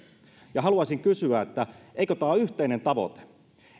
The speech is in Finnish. haluaisin kysyä eikö tämä ole yhteinen tavoite